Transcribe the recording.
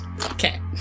Okay